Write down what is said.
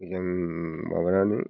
मोजां माबानानै